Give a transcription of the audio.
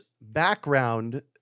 background